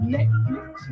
Netflix